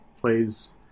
plays